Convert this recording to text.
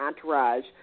entourage